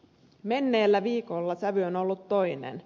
menneellä viikolla sävy on ollut toinen